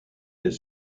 est